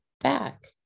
back